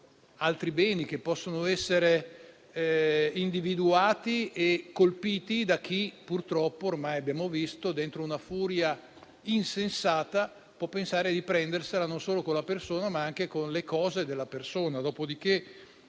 altri beni che possono essere individuati e colpiti da chi purtroppo, ormai l'abbiamo visto, con una furia insensata, può pensare di prendersela non solo con la persona, ma anche con le cose della persona). Dopodiché,